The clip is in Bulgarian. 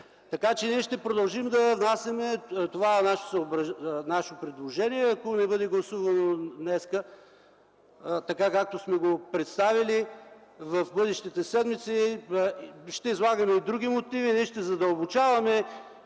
Така че ние ще продължим да внасяме това наше предложение, ако не бъде гласувано днес така, както сме го представили. В бъдещите седмици ще излагаме и други мотиви или ще задълбочаваме